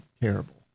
terrible